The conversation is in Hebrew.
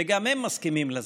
וגם הם מסכימים לזה,